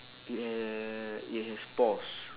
it ha~ it has paws